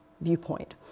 viewpoint